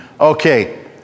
Okay